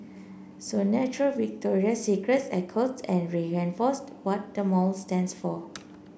so natural Victoria's Secret echoes and reinforce what the mall stands for